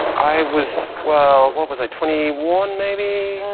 i was well, what was a twenty one maybe?